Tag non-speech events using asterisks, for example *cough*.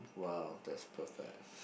!wow! that's perfect *breath*